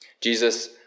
Jesus